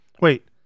Wait